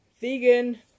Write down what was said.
vegan